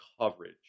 coverage